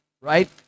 right